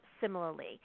similarly